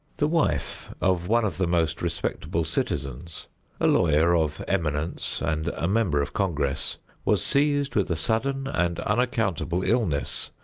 the wife of one of the most respectable citizens a lawyer of eminence and a member of congress was seized with a sudden and unaccountable illness,